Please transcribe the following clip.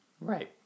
Right